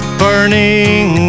burning